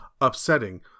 upsetting